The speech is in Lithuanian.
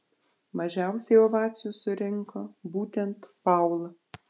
mažiausiai ovacijų surinko būtent paula